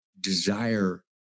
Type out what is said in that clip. desire